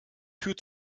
führt